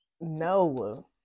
No